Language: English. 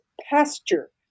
pasture